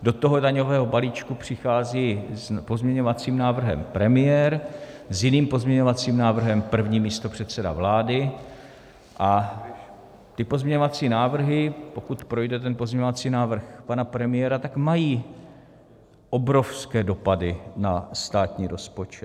Do toho daňového balíčku přichází s pozměňovacím návrhem premiér, s jiným pozměňovacím návrhem první místopředseda vlády a ty pozměňovací návrhy, pokud projde ten pozměňovací návrh pana premiéra, tak mají obrovské dopady na státní rozpočet.